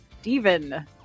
Steven